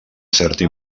certa